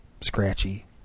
scratchy